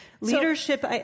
Leadership